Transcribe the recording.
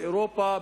באירופה,